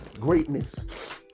greatness